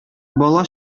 бала